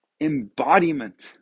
embodiment